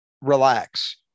relax